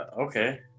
okay